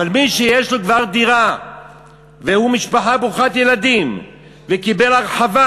אבל מי שכבר יש לו דירה והוא משפחה ברוכת ילדים וקיבל הרחבה,